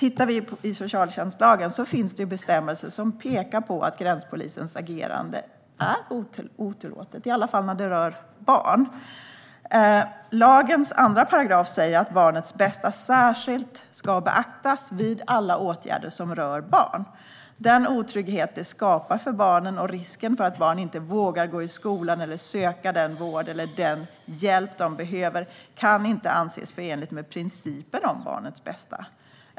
I socialtjänstlagen finns dock bestämmelser som pekar på att gränspolisens agerande är otillåtet, i alla fall när det rör barn. Lagens 2 § säger att barnets bästa särskilt ska beaktas vid alla åtgärder som rör barn. Den otrygghet det skapar för barnen och risken för att barn inte vågar gå i skolan eller söka den vård eller den hjälp som de behöver kan inte anses vara förenligt med principen om barnets bästa.